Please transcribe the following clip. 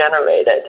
generated